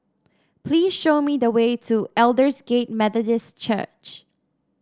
please show me the way to Aldersgate Methodist Church